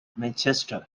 manchester